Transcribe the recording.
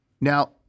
Now